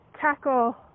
tackle